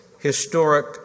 historic